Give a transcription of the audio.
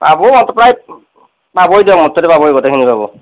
আপুনি প্ৰায় পাবই দিয়ক গোটেইখিনি মোৰ তাতে পাব